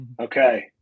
Okay